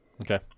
Okay